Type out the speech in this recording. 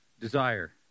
desire